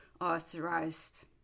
authorized